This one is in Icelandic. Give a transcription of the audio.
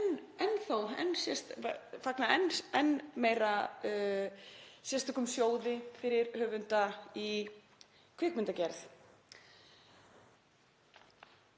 enn meira fagna sérstökum sjóði fyrir höfunda í kvikmyndagerð.